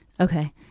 Okay